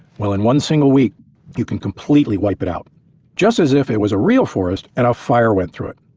well, in one single week you can completely wipe it out just as if it was a real forest and a fire went through it.